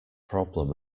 problem